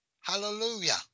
Hallelujah